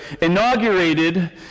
inaugurated